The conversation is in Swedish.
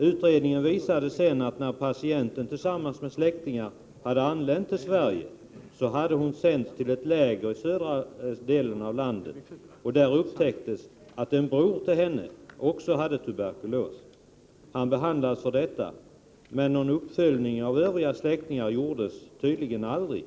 Utredningen gav vid handen att patienten, när hon tillsammans med släktingar hade anlänt till Sverige, hade sänts till ett läger i södra delen av landet. Där upptäcktes att en bror till henne också hade TBC. Han behandlades för detta, men någon uppföljning av övriga släktingar gjordes tydligen aldrig.